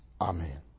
amen